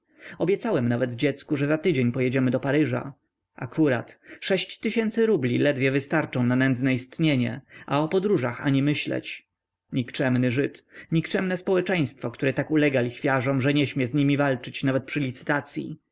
obiecałem nawet dziecku że za tydzień pojedziemy do paryża akurat sześć tysięcy rubli ledwie wystarczą na nędzne istnienie a o podróżach ani myśleć nikczemny żyd nikczemne społeczeństwo które tak ulega lichwiarzom że nie śmie z nimi walczyć nawet przy licytacyi